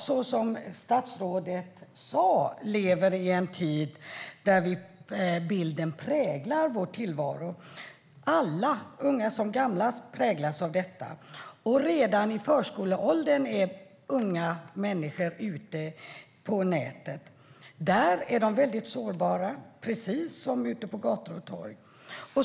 Som statsrådet sa lever vi i en tid där bilden präglar vår tillvaro. Alla, unga som gamla, präglas av detta, och redan i förskoleåldern är unga människor ute på nätet. Där är de väldigt sårbara, precis som ute på gator och torg.